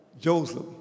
Joseph